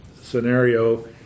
scenario